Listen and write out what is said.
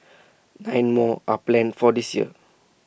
nine more are planned for this year